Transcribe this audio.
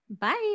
Bye